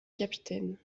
capitaine